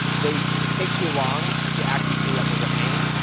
they take too long to actually see that there's a pain,